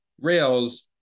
rails